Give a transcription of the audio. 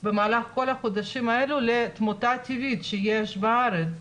במהלך כל החודשים האלו על התמותה הטבעית שיש בארץ,